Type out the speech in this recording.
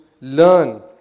learn